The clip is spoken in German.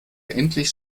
endlich